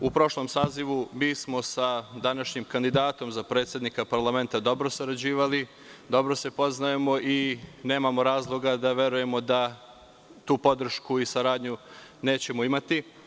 U prošlom sazivu smo sa današnjim kandidatom za predsednika parlamenta dobro sarađivali, dobro se poznajemo i nemamo razloga da verujemo da tu podršku i saradnju nećemo imati.